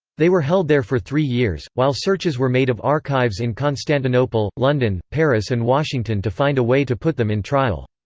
they were held there for three years, while searches were made of archives in constantinople, london, paris and washington to find a way to put them in trial.